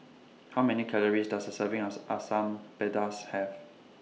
How Many Calories Does A Serving US Asam Pedas Have